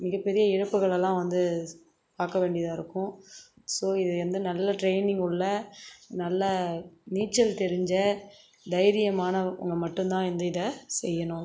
மிகப்பெரிய இழப்புகளெலாம் வந்து பார்க்க வேண்டியதாக இருக்கும் ஸோ இது வந்து நல்ல ட்ரெய்னிங் உள்ள நல்ல நீச்சல் தெரிஞ்ச தைரியமானவங்க மட்டும் தான் இந்த இதை செய்யணும்